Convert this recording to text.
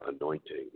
anointing